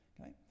okay